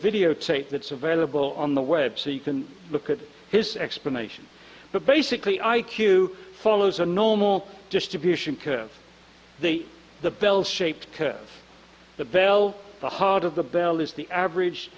videotape that's available on the web so you can look at his explanation but basically i q follows a normal distribution curve the the bell shaped curve the bell the heart of the bell is the average